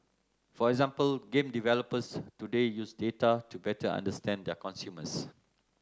for example game developers today use data to better understand their consumers